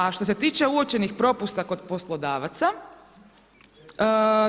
A što se tiče uočenih propusta kod poslodavaca